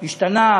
השתנה?